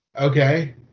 Okay